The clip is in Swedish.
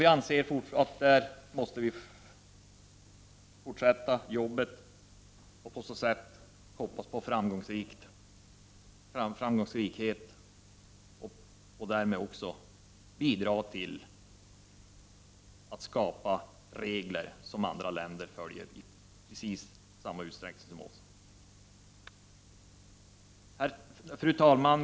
Vi anser att vi här måste fortsätta arbetet som förhoppningsvis skall leda till framgång och därmed också bidra till att skapa regler som andra skall följa i precis samma utsträckning som vi. Fru talman!